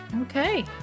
Okay